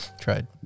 Tried